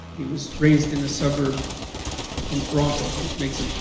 he was raised in a suburb in toronto, which makes him